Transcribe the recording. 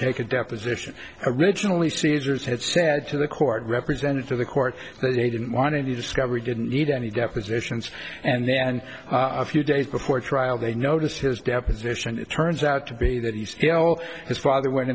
take a deposition originally cesar's had said to the court represented to the court they didn't want any discovery didn't need any depositions and then a few days before trial they noticed his deposition and it turns out to be that he held his father went